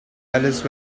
alice